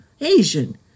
Asian